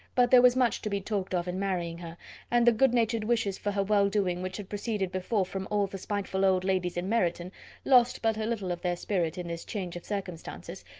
but there was much to be talked of in marrying her and the good-natured wishes for her well-doing which had proceeded before from all the spiteful old ladies in meryton lost but a little of their spirit in this change of circumstances,